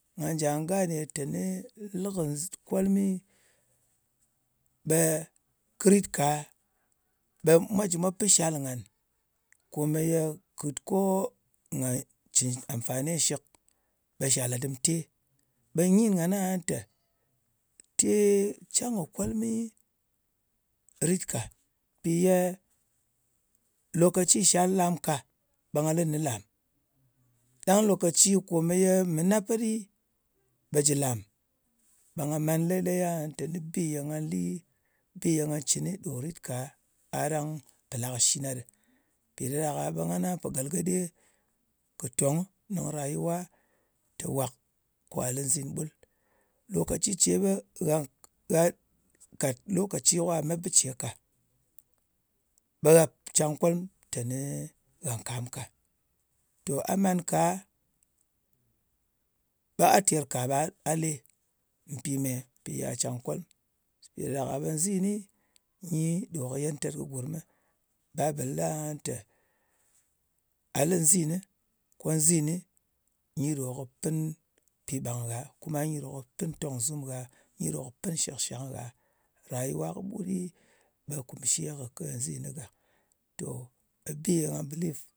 Nga ja gane teni lɨ kɨ nzɨ kolmi ɓe kɨ rit ka ɓe mwa jɨ mwa pɨ shal ngan komeye kɨt ko nga cɨn amfani shɨk, ɓe shal ɗa dɨm te. Ɓe nyin ngan aha tē, te can kɨ kolmi rit ka mpì ye lokaci ye shal lam ka, ɓe nga lɨ nɨ lam. Ɗang lokaci ye mɨna pet ɗi ɓe jɨ lam. Ɓa nga man lailai aha teni bi ye nga li, bi ye nga cɨni ɗo rit ka a ɗang pò la kɨ shi na ɗɨ. Mpì ɗa ɗak-a ɓe ngana pò galgade tè tong nɨng rayuwa, tē wàk ka lɨ nzin ɓul. Lòkaci ce ɓe gha gha kàt lokaci ko gha met bɨ ce ka, ɓe gha can kolm teni ghà nkam ka. To a man ka ɓe a ter ka ɓa a le. Mpì me? Mpì ye gha can kolm. Mpì ɗa ɗak-a ɓe nzini, nyi ɗo kɨ yantar kɨ gurmɨ. Babɨl lɨ aha tē, a lɨ nzinɨ ko nzinɨ nyi ɗo kɨ pɨn pìɓang ngha. Kuma nyi ɗo kɨ pɨn tòng zum ngha, nyi ɗo kɨ pɨn shɨkshang ngha. Rayuwa fa kɨbut ɗi, ɓe kumshe kɨ kɨ nzinɨ gàk. Tò, bi ye nga bɨliv,